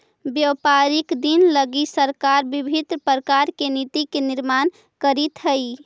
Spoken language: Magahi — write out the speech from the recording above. व्यापारिक दिन लगी सरकार विभिन्न प्रकार के नीति के निर्माण करीत हई